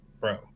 bro